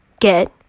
get